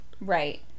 Right